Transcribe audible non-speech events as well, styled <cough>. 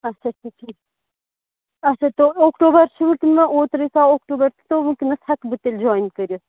اچھا اچھا ٹھیٖک اچھا تو اکٹوبَر چھُو <unintelligible> اوترَے ژاو اکٹوبَر <unintelligible> وٕنۍکٮ۪نَس ہٮ۪کہٕ بہٕ تیٚلہِ جویِن کٔرِتھ